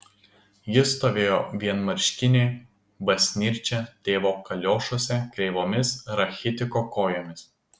ji stovėjo vienmarškinė basnirčia tėvo kaliošuose kreivomis rachitiko kojomis